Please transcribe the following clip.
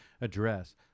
address